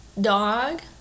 dog